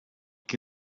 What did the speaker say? qui